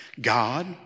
God